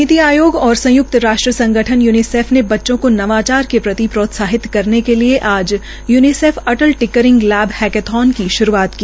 नीति आयोग और संयुक्त राष्ट संगठन यूनीसफ़ ने बच्चों को नवाचार के प्रति प्रोत्साहित करने के लिए आज यूनीसेफ अटल टिंकरिंग हक्कथान की शुरूआत की